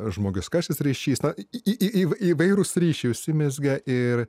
žmogiskasis ryšys na į į į įv įvairūs ryšiai užsimezgė ir